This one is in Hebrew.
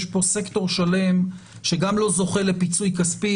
יש פה סקטור שלם שגם לא זוכה לפיצוי כספי,